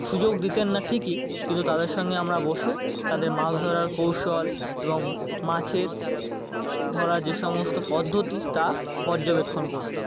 সুযোগ দিতেন না ঠিকই কিন্তু তাদের সঙ্গে আমরা বসে তাদের মাছ ধরার কৌশল এবং মাছের ধরার যে সমস্ত পদ্ধতি স্ তা পর্যবেক্ষণ করতাম